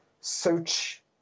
search